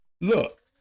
look